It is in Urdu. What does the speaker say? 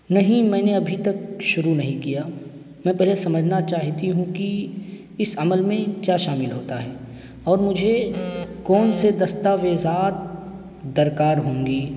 نہیں میں نے ابھی تک شروع نہیں کیا میں پہلے سمجھنا چاہتی ہوں کہ اس عمل میں کیا شامل ہوتا ہے اور مجھے کون سے دستاویزات درکار ہوں گی